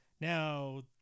Now